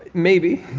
maybe.